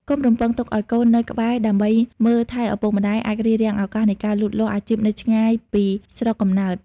ការរំពឹងទុកឱ្យកូននៅក្បែរដើម្បីមើលថែឪពុកម្តាយ អាចរារាំងឱកាសនៃការលូតលាស់អាជីពនៅឆ្ងាយពីស្រុកកំណើត។